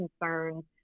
concerns